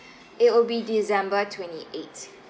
it will be december twenty eight